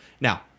Now